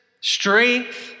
strength